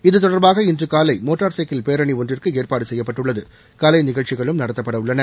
இது தொடர்பாக இன்று காலை மோட்டார் சைக்கிள் பேரணி ஒன்றுக்கு ஏற்பாடு செய்யப்பட்டுள்ளது கலை நிகழ்ச்சிகளும் நடத்தப்படவுள்ளன